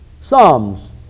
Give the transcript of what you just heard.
Psalms